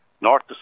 North